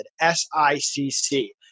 S-I-C-C